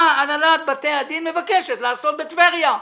מה הנהלת בתי הדין מבקשת לעשות בטבריה.